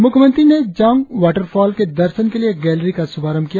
मुख्यमंत्री ने Jang waterfall के दर्शन के लिए एक गैलरी का शुभारंभ किया